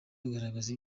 bagaragaza